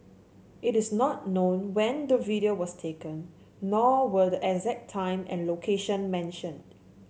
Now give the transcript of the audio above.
it is not known when the video was taken nor were the exact time and location mentioned